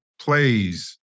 plays